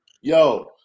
yo